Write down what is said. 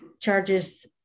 charges